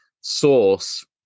source